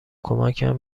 کمکم